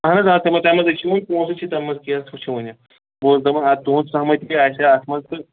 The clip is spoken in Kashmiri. اہن حظ آ تِمو تَمہِ منٛز أسۍ چھِ وۅنۍ پونٛسہٕ چھِ تَمہِ منٛز کیٛاہ سُہ چھُ وُنہِ بہٕ ووٚن دَپان اَدٕ تُہُنٛد سَمٕج تہِ کیاہ آسہِ ہا اَتھ منٛز تہٕ